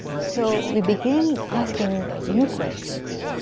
so we begin asking new questions.